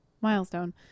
Milestone